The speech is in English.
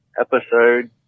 episode